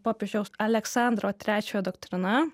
popiežiaus aleksandro trečiojo doktrina